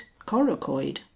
coracoid